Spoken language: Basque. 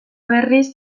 berriz